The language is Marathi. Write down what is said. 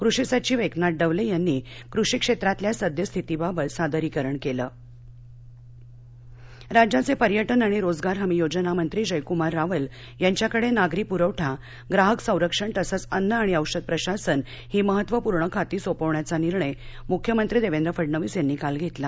कृषी सचिव एकनाथ डवले यांनी कृषिक्षेत्रातील सद्यस्थितीबाबत सादरीकरण केलं जबाबदारी राज्याचे पर्यटन आणि रोजगार हमी योजना मंत्री जयकूमार रावल यांच्याकडे नागरी पूरवठा ग्राहक संरक्षण तसच अन्न आणि औषध प्रशासन ही महत्त्वपूर्ण खाती सोपवण्याचा निर्णय मुख्यमंत्री देवेंद्र फडणवीस यांनी काल घेतला